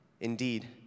Indeed